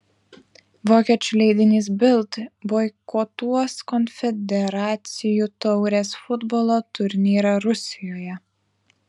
vokiečių leidinys bild boikotuos konfederacijų taurės futbolo turnyrą rusijoje